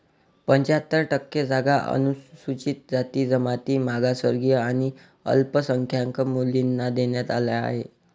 पंच्याहत्तर टक्के जागा अनुसूचित जाती, जमाती, मागासवर्गीय आणि अल्पसंख्याक मुलींना देण्यात आल्या आहेत